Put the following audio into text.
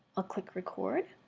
i'll click record.